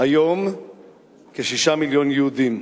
היום כ-6 מיליון יהודים.